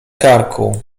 karku